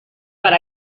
per